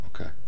okay